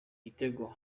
gitego